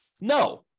No